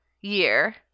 year